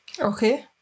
Okay